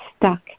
stuck